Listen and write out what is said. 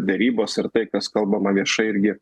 derybos ar tai kas kalbama viešai irgi